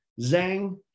Zhang